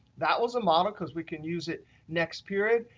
that was a model. because we can use it next period.